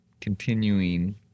continuing